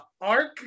arc